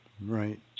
Right